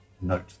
Note